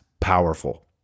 powerful